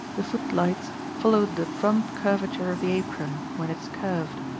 the footlights follow the front curvature of the apron, when it is curved,